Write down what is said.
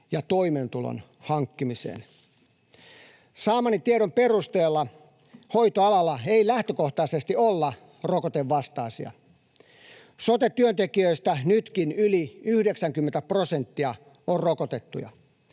ja toimeentulon hankkimiseen. Saamani tiedon perusteella hoitoalalla ei lähtökohtaisesti olla rokotevastaisia. Sote-työntekijöistä nytkin yli 90 prosenttia on rokotettuja.